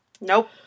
Nope